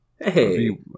Hey